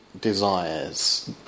desires